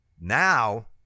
now